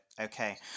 Okay